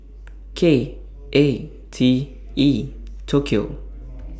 K A T E Tokyo